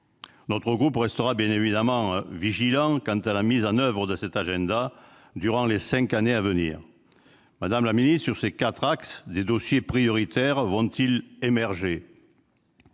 Notre groupe restera bien évidemment vigilant quant à la mise en oeuvre de cet agenda durant les cinq années à venir. Madame la secrétaire d'État, sur ces quatre axes, des dossiers prioritaires vont-ils émerger ?